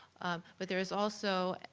um but there is also